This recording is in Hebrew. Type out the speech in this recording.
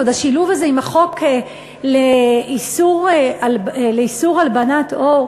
ועוד השילוב הזה עם החוק לאיסור הלבנת הון?